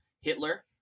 Hitler